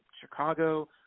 Chicago